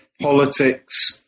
Politics